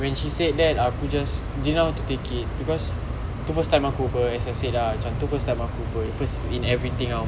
when she said that aku just didn't know how to take it because tu first time aku [pe] as I said ah macam tu first time aku [pe] first in everything [tau]